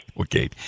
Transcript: Okay